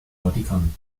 vatikan